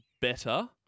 better